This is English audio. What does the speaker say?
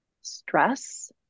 stress